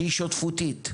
שהיא שותפותית,